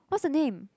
what's the name